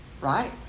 right